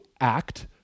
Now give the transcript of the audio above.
act